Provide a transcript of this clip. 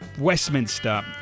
Westminster